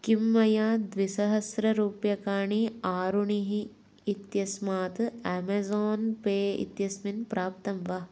किं मया द्विसहस्ररूप्यकाणि आरुणिः इत्यस्मात् अमेज़ान् पे इत्यस्मिन् प्राप्तं वा